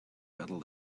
battle